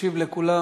ישיב לכולם